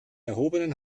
erhobenen